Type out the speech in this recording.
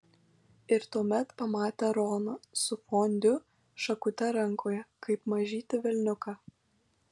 ir tuomet pamatė roną su fondiu šakute rankoje kaip mažytį velniuką